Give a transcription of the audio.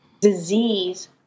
disease